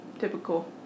Typical